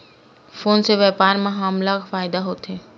कोन से व्यापार म हमला फ़ायदा होथे?